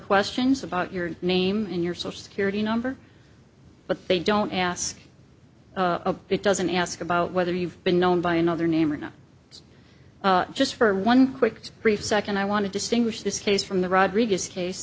questions about your name and your social security number but they don't ask it doesn't ask about whether you've been known by another name or not just for one quick brief second i want to distinguish this case from the rodriguez case